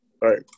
Right